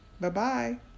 Bye-bye